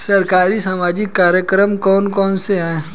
सरकारी सामाजिक कार्यक्रम कौन कौन से हैं?